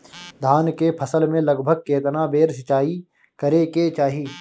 धान के फसल मे लगभग केतना बेर सिचाई करे के चाही?